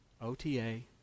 O-T-A